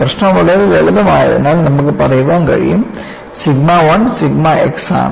പ്രശ്നം വളരെ ലളിതമായതിനാൽ നമുക്ക് പറയാൻ കഴിയും സിഗ്മ 1 സിഗ്മ x ആണ്